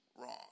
wrong